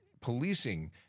policing